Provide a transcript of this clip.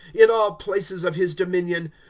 in all places of his dominion.